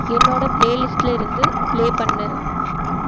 என்னோடய பிளேலிஸ்ட்டில் இருந்து ப்ளே பண்ணு